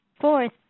Fourth